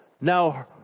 Now